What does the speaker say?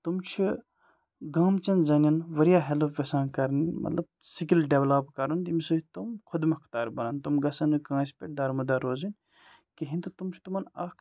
تِم چھِ گامچٮ۪ن زَنٮ۪ن واریاہ ہٮ۪لٕپ یژھان کَرنہِ مطلب سِکِل ڈٮ۪ولَپ کَرُن ییٚمہِ سۭتۍ تِم خۄد مۄختار بَنان تِم گژھن نہٕ کٲنٛسہِ پٮ۪ٹھ دَرمٕدار روزٕنۍ کِہیٖنۍ تہٕ تِم چھِ تِمَن اَکھ